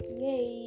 yay